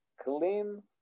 clean